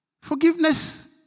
forgiveness